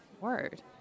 word